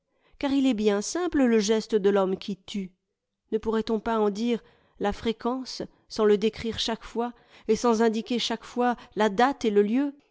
car il est bien simple le geste de l'homme qui tue ne pourrait-on pas en dire la fréquence sans le décrire chaque fois et sans indiquer chaque fois la date et le lieu